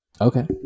Okay